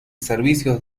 servicio